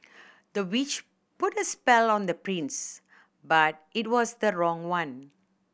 the witch put a spell on the prince but it was the wrong one